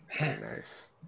nice